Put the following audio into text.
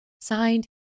Signed